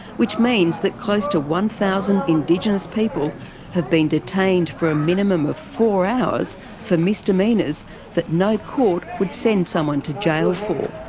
which means that close to one thousand indigenous people have detained for a minimum of four hours for misdemeanours that no court would send someone to jail for.